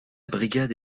brigade